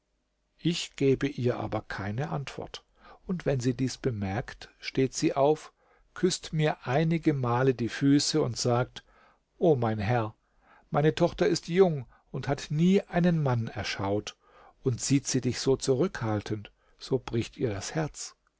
ich gebe ihr aber keine antwort und wenn sie dies bemerkt steht sie auf küßt mir einige male die füße und sagt o mein herr meine tochter ist jung und hat nie einen mann erschaut und sieht sie dich so zurückhaltend so bricht ihr das herz